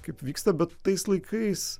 kaip vyksta bet tais laikais